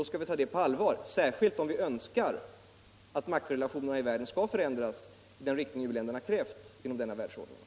Då skall vi ta det på allvar, särskilt om vi önskar att maktrelationerna i världen Om Sveriges medlemskap i Världsbanken 180 skall förändras i den riktning u-länderna krävt genom denna världsordning.